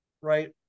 right